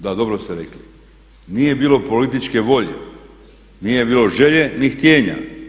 Da, dobro ste rekli, nije bilo političke volje, nije bilo želje ni htijenja.